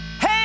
Hey